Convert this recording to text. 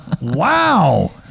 Wow